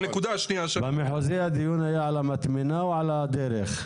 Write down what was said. האם במחוזי הדיון היה על המטמנה או על הדרך?